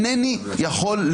ולכן אינני יכול להיות,